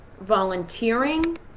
volunteering